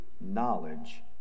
knowledge